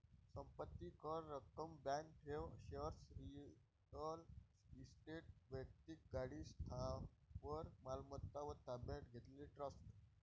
संपत्ती कर, रक्कम, बँक ठेव, शेअर्स, रिअल इस्टेट, वैक्तिक गाडी, स्थावर मालमत्ता व ताब्यात घेतलेले ट्रस्ट